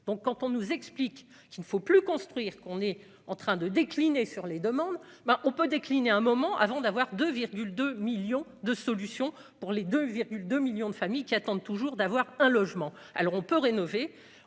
donc quand on nous explique qu'il ne faut plus construire, qu'on est en train de décliner sur les demandes bah on peut décliner un moment avant d'avoir de 2 millions de solutions pour les 2, 2 millions de familles qui attendent toujours d'avoir un logement, alors on peut rénover,